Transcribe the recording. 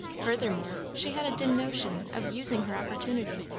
furthermore, she had a dim notion of using her opportunity.